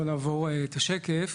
נעבור את השקף,